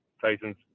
Tyson's